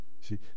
See